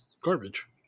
garbage